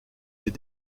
ses